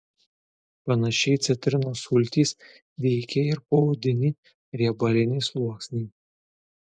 panašiai citrinos sultys veikia ir poodinį riebalinį sluoksnį